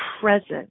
present